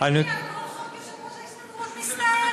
תגיד לי, על כל חוק יושב-ראש ההסתדרות מסתער?